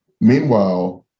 meanwhile